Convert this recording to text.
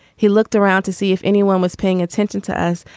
he looked around to see if anyone was paying attention to us.